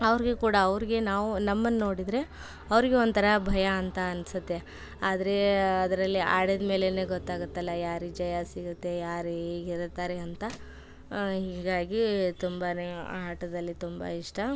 ಅವ್ರಿಗೆ ಕೂಡ ಅವ್ರಿಗೆ ನಾವು ನಮ್ಮನ್ನ ನೋಡಿದರೆ ಅವರಿಗೆ ಒಂಥರ ಭಯ ಅಂತ ಅನಿಸುತ್ತೆ ಆದರೆ ಅದರಲ್ಲಿ ಆಡಿದ್ಮೇಲೇ ಗೊತ್ತಾಗುತ್ತಲ್ಲ ಯಾರಿಗೆ ಜಯ ಸಿಗುತ್ತೆ ಯಾರು ಗೆಲ್ತಾರೆ ಅಂತ ಹೀಗಾಗಿ ತುಂಬಾ ಆ ಆಟದಲ್ಲಿ ತುಂಬ ಇಷ್ಟ